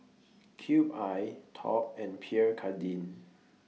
Cube I Top and Pierre Cardin